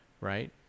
right